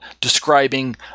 describing